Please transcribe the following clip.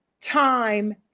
time